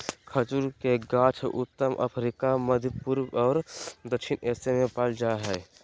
खजूर के गाछ उत्तर अफ्रिका, मध्यपूर्व और दक्षिण एशिया में पाल जा हइ